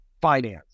finance